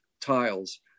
tiles